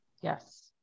Yes